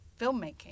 filmmaking